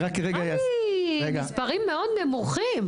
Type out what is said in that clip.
נראה לי מספרים מאוד נמוכים.